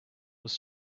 was